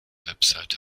website